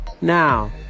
Now